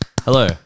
hello